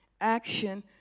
action